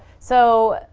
so,